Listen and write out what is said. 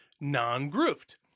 non-grooved